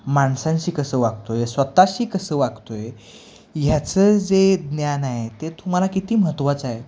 माणसांशी कसं वागतो आहे स्वतःशी कसं वागतो आहे ह्याचं जे ज्ञान आहे ते तुम्हाला किती महत्त्वाचं आहे